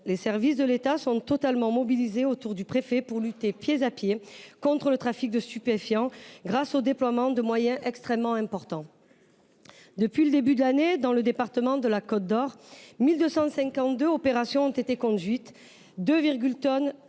les services de l’État sont totalement mobilisés autour du préfet pour lutter pied à pied contre le trafic de stupéfiants, grâce au déploiement de moyens extrêmement importants. Depuis le début de l’année, dans le département de la Côte d’Or, 1 252 opérations ont été conduites, 2,4 tonnes